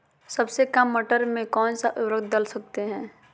सबसे काम मटर में कौन सा ऊर्वरक दल सकते हैं?